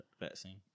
vaccine